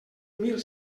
mil